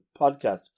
podcast